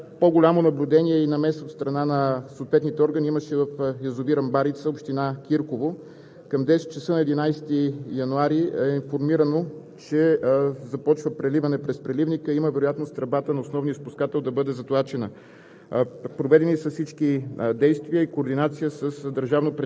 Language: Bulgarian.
„Противопожарна безопасност и защита на населението“ към МВР. По-голямо наблюдение и намеса от страна на съответните органи имаше в язовир „Амбарица“, община Кирково. Към 10,00 ч. на 11 януари е информирано, че започва преливане през преливника и има вероятност тръбата на основния изпускател да бъде затлачена.